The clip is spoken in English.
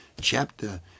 chapter